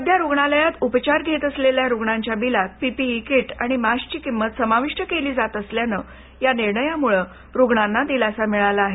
सध्या रुग्णालयात उपचार घेत असलेल्या रुग्णांच्या बिलात पीपीई कीट आणि मास्कची किंमत समाविष्ट केली जात असल्यानं या निर्णयामुळं रुग्णांना दिलासा मिळाला आहे